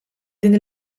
din